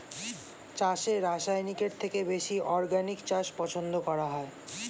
চাষে রাসায়নিকের থেকে বেশি অর্গানিক চাষ পছন্দ করা হয়